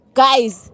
guys